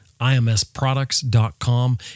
imsproducts.com